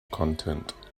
content